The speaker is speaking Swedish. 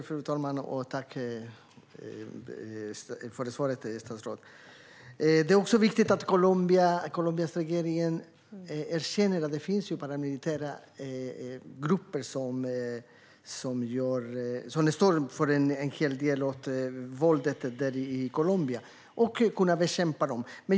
Fru talman! Jag tackar statsrådet för svaret. Det är också viktigt att Colombias regering erkänner att det finns paramilitära grupper som står för en hel del av våldet i Colombia och kan bekämpa dem.